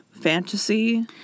fantasy